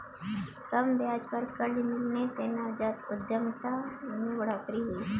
कम ब्याज पर कर्ज मिलने से नवजात उधमिता में बढ़ोतरी हुई है